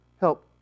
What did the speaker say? help